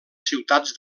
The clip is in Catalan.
ciutats